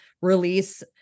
release